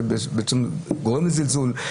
שגורם לזלזול,